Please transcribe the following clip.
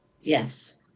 Yes